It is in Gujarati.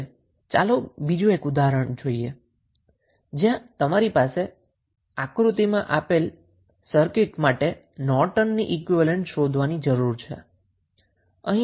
હવે ચાલો બીજું ઉદાહરણ આપણે જોઈએ કે જ્યાં તમારે આકૃતિમાં આપેલ સર્કિટ માટે નોર્ટનનુ ઈક્વીવેલેન્ટ શોધવાની જરૂર છે